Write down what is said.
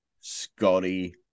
Scotty